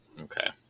Okay